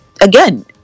again